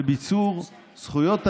בביצור זכויות האזרח,